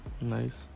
nice